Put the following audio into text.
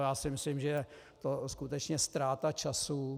Já si myslím, že je to skutečně ztráta času.